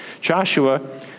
Joshua